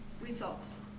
Results